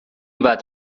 bat